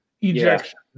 ejection